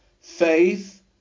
Faith